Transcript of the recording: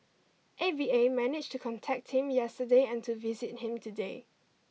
A V A managed to contact him yesterday and to visit him today